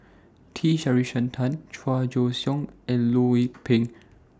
T Sasitharan Chua Joon Siang and Loh Lik Peng